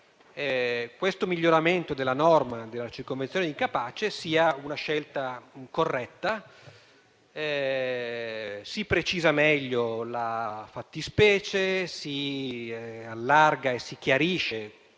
questo miglioramento della norma sulla circonvenzione di incapace sia una scelta corretta: si precisa meglio la fattispecie e si chiarisce